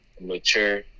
mature